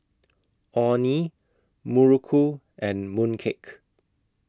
Orh Nee Muruku and Mooncake